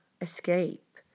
escape